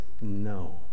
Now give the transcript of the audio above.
No